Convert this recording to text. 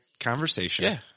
conversation